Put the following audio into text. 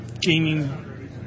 Gaming